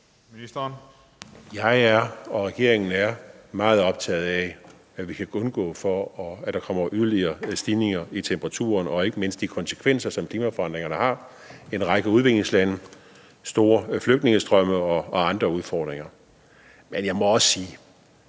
Jeg er og regeringen er meget optaget af, at vi kan undgå, at der kommer yderligere stigninger i temperaturen, og ikke mindst de konsekvenser, som klimaforandringerne har i en række udviklingslande med store flygtningestrømme og andre udfordringer. Men jeg må også sige: